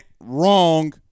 Wrong